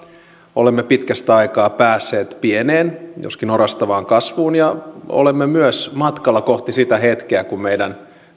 olemme pitkästä aikaa päässeet pieneen joskin orastavaan kasvuun ja olemme myös matkalla kohti sitä hetkeä kun meidän